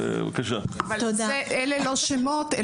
אבל אלה לא שמות,